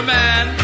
man